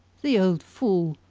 the old fool!